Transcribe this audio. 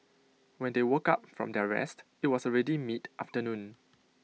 when they woke up from their rest IT was already mid afternoon